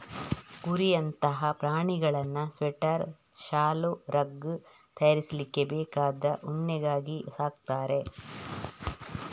ಕುರಿಯಂತಹ ಪ್ರಾಣಿಗಳನ್ನ ಸ್ವೆಟರ್, ಶಾಲು, ರಗ್ ತಯಾರಿಸ್ಲಿಕ್ಕೆ ಬೇಕಾದ ಉಣ್ಣೆಗಾಗಿ ಸಾಕ್ತಾರೆ